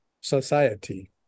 society